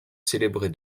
célébrée